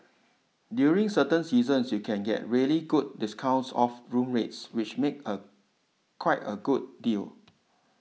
during certain seasons you can get really good discounts off room rates which make a quite a good deal